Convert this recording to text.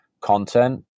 content